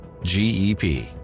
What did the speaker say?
GEP